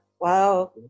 wow